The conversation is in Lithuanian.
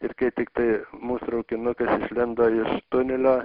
ir kai tiktai mūs traukinukas išlindo iš tunelio